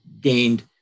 gained